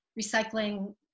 recycling